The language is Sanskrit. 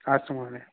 अस्तु महोदय